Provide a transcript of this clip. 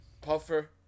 Puffer